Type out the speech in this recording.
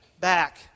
back